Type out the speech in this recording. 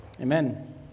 amen